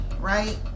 right